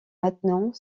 maintenant